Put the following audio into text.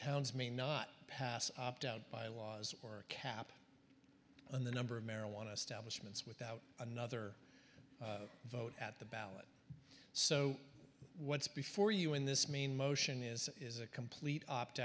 towns may not pass opt out by laws or a cap on the number of marijuana stablish mints without another vote at the ballot so once before you in this mean motion is is a complete opt